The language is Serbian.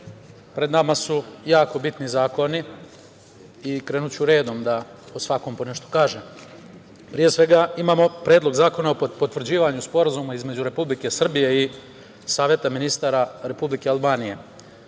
pred nama su jako bitni zakoni i krenuću redom da o svakom po nešto kažem. Pre svega, imamo Predlog zakona o potvrđivanju Sporazuma između Republike Srbije i Saveta ministara Republike Albanije.